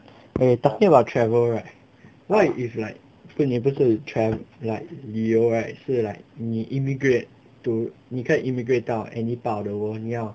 eh talking about travel right what if like 所以你不是有 trav~ like 旅游 right 是 like 你 immigrate to 你可以 immigrate 到 anypart of the world 你要